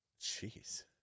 Jeez